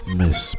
miss